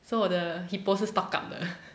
so 我的 hippo 是 stock up 的